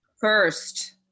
First